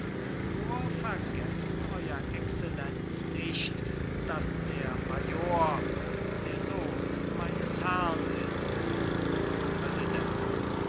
nur vergessen ew excellenz nicht daß der major der sohn meines herrn ist präsident